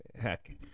heck